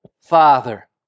Father